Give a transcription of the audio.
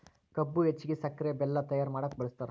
ಕಬ್ಬು ಹೆಚ್ಚಾಗಿ ಸಕ್ರೆ ಬೆಲ್ಲ ತಯ್ಯಾರ ಮಾಡಕ ಬಳ್ಸತಾರ